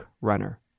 runner